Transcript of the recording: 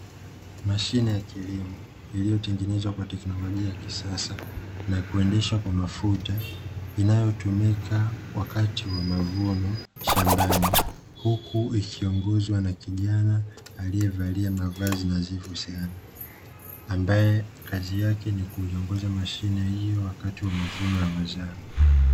Mashine ya kilimo iliyotengenezwa kwa teknolojia ya kisasa, na kuendeshwa kwa mafuta, inayotumika wakati wa mavuno shambani, huku ikiongozwa na kijana aliyevalia mavazi nadhifu sana. Ambaye kazi yake ni kuiongoza mashine hiyo wakati wa mavuno ya mazao.